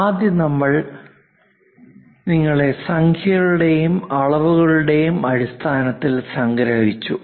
ആദ്യം നമ്മൾ നിങ്ങളെ സംഖ്യകളുടെയും അളവുകളുടെയും അടിസ്ഥാനത്തിൽ സംഗ്രഹിച്ചു